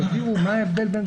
תסבירו מה ההבדל בין זה לזה.